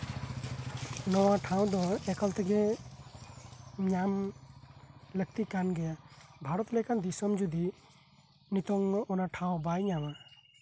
ᱱᱚᱶᱟ ᱴᱷᱟᱶ ᱫᱚ ᱮᱠᱟᱞ ᱛᱮᱜᱮ ᱧᱟᱢ ᱞᱟᱠᱛᱤ ᱠᱟᱱ ᱜᱮᱭᱟ ᱵᱷᱟᱨᱚᱛ ᱞᱮᱠᱟᱱ ᱫᱤᱥᱚᱢ ᱡᱩᱫᱤ ᱱᱤᱛᱚᱜ ᱚᱱᱟ ᱴᱷᱟᱶ ᱵᱟᱭ ᱧᱟᱢᱟ